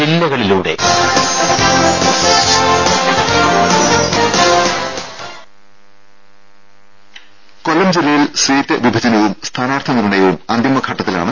ടെട കൊല്ലം ജില്ലയിൽ സീറ്റ് വിഭജനവും സ്ഥാനാർത്ഥി നിർണയവും അന്തിമഘട്ടത്തിലാണ്